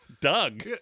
Doug